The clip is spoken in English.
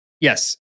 yes